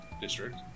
district